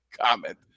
comment